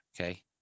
okay